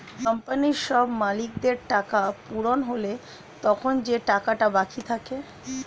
কোম্পানির সব মালিকদের টাকা পূরণ হলে তখন যে টাকাটা বাকি থাকে